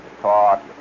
talk